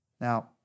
Now